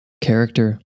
character